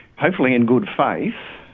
hopefully in good faith,